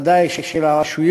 ודאי של הרשויות,